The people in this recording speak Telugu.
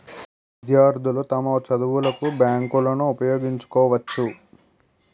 విద్యార్థులు తమ చదువులకు బ్యాంకులను ఉపయోగించుకోవచ్చు